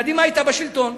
קדימה היתה בשלטון.